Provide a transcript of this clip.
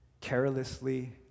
carelessly